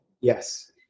Yes